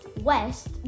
West